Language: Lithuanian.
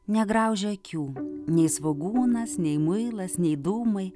negraužia akių nei svogūnas nei muilas nei dūmai